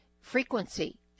frequency